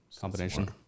combination